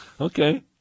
Okay